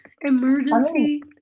Emergency